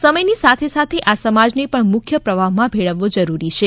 સમયની સાથે સાથે આ સમાજને પણ મુખ્ય પ્રવાહમાં ભેળવવો જરૂરી છે